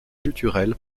culturel